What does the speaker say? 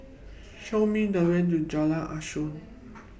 Show Me The Way to Jalan Asuhan